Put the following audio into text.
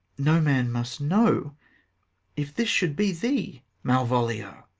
no man must know if this should be thee, malvolio?